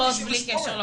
בלי קשר לקורונה.